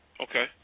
Okay